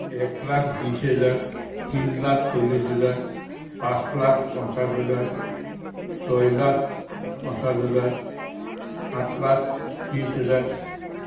এক লাখ বিছ হেজাৰ তিন লাখ চল্লিছ হেজাৰ পাঁচ লাখ পঞ্চাছ হেজাৰ ছয় লাখ পঞ্চাছ হেজাৰ সাত লাখ ত্ৰিছ হেজাৰ